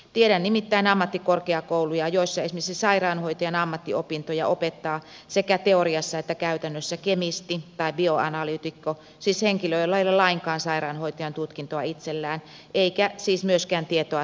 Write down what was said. tiedän nimittäin ammattikorkeakouluja joissa esimerkiksi sairaanhoitajan ammattiopintoja opettaa sekä teoriassa että käytännössä kemisti tai bioanalyytikko siis henkilö jolla ei ole lainkaan sairaanhoitajan tutkintoa itsellään eikä siis myöskään tietoa sairaanhoitajan työstä